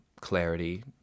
clarity